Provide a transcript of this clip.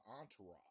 entourage